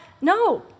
no